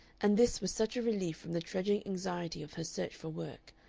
and this was such a relief from the trudging anxiety of her search for work,